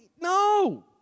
No